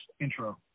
intro